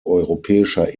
europäischer